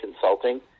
consulting